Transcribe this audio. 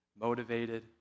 motivated